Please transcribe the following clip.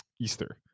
easter